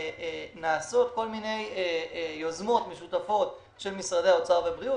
נעשות כל מיני יוזמות משותפות של משרדי האוצר והבריאות,